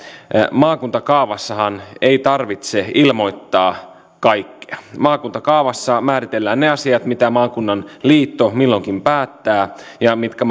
maakuntakaavassahan ei tarvitse ilmoittaa kaikkea maakuntakaavassa määritellään ne asiat mitä maakunnan liitto milloinkin päättää ja mitkä